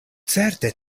certe